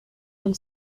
del